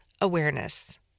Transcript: awareness